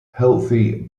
healthy